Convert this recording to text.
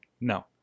No